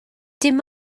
dim